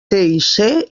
tic